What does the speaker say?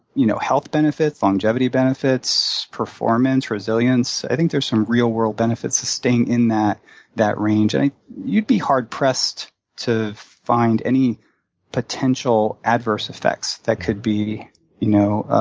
you know health benefits, longevity benefits, performance, resilience. i think there's some real-world benefits to staying in that that range. and you'd be hard pressed to find any potential adverse effects that could be you know